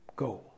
Go